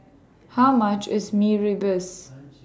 How much IS Mee Rebus